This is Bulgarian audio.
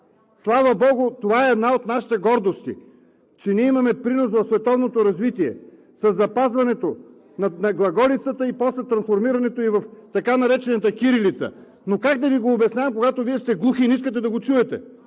Слава богу, това е една от нашите гордости, че ние имаме принос в световното развитие със запазването на глаголицата и после трансформирането ѝ в така наречената кирилица. Но как да Ви го обяснявам, когато Вие сте глухи и не искате да го чуете,